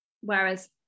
whereas